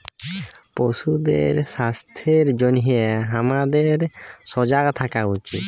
পশুদের স্বাস্থ্যের জনহে হামাদের সজাগ থাকা উচিত